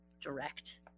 direct